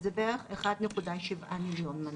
שזה בערך 1.7 מיליון מנות.